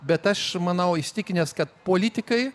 bet aš manau įsitikinęs kad politikai